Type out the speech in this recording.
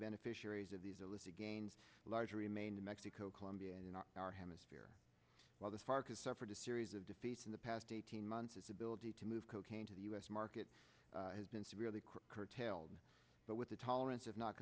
beneficiaries of these alleged against larger remain in mexico colombia and in our hemisphere while this park has suffered a series of defeats in the past eighteen months its ability to move cocaine to the u s market has been severely curtailed but with the tolerance of not